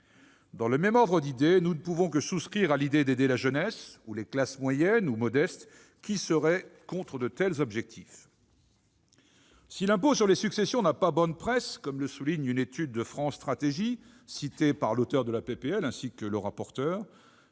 Dans le même ordre, nous ne pouvons que souscrire à l'idée d'aider la jeunesse, ou les classes moyennes et modestes ; qui serait contre de tels objectifs ? Si l'impôt sur les successions n'a pas bonne presse, comme le souligne une étude de France Stratégie citée par les auteurs de la proposition de loi et